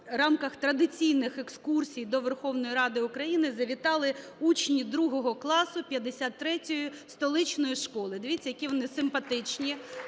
в рамках традиційних екскурсій до Верховної Ради України завітали учні 2 класу 53-ї столичної школи. Дивіться, які вони симпатичні,